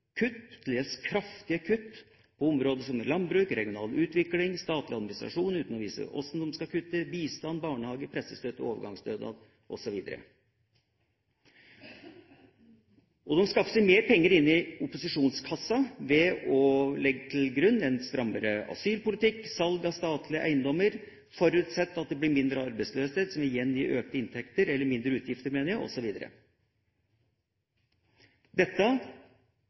kraftige kutt – på områder som landbruk, regional utvikling, statlig administrasjon, uten å vise hvordan de skal kutte, bistand, barnehage, pressestøtte, overgangsstønad, osv. De skaffer seg mer penger inn i opposisjonskassa ved å legge til grunn en strammere asylpolitikk og salg av statlige eiendommer, og de forutsetter at det blir mindre arbeidsløshet, som igjen gir mindre utgifter,